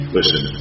listen